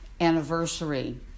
anniversary